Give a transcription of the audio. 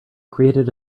created